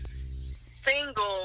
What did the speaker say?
single